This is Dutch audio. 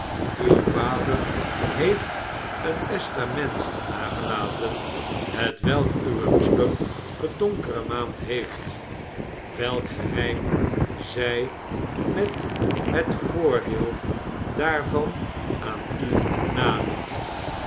uw vader heeft een testament nagelaten hetwelk uwe moeder verdonkeremaand heeft welk geheim zij met het voordeel daarvan aan u na